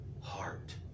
heart